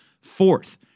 Fourth